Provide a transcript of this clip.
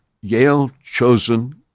Yale-chosen